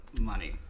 money